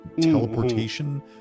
teleportation